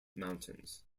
mountains